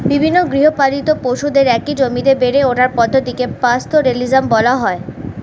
বিভিন্ন গৃহপালিত পশুদের একই জমিতে বেড়ে ওঠার পদ্ধতিকে পাস্তোরেলিজম বলা হয়